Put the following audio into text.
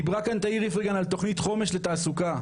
דיברה כאן תאיר איפרגן על תכנית חומש לתעסוקה.